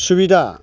सुबिदा